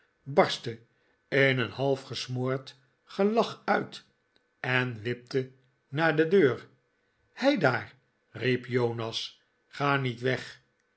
barstte in een half gesmoord gelach uit en wipte naar de deur heidaar riep jonas ga niet weg